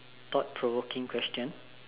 thought provoking question